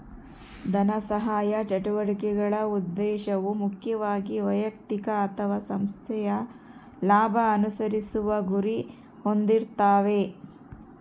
ಧನಸಹಾಯ ಚಟುವಟಿಕೆಗಳ ಉದ್ದೇಶವು ಮುಖ್ಯವಾಗಿ ವೈಯಕ್ತಿಕ ಅಥವಾ ಸಂಸ್ಥೆಯ ಲಾಭ ಅನುಸರಿಸುವ ಗುರಿ ಹೊಂದಿರ್ತಾವೆ